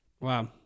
Wow